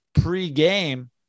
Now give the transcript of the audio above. Pre-game